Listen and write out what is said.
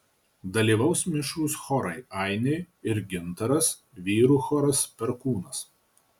dalyvaus mišrūs chorai ainiai ir gintaras vyrų choras perkūnas